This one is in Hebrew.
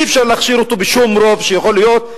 אי-אפשר להכשיר אותו בשום רוב שיכול להיות,